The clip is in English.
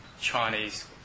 Chinese